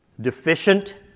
deficient